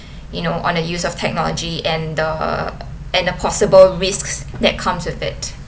you know on the use of technology and the and the possible risks that comes with it